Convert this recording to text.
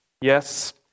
Yes